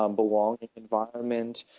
um belonging environment.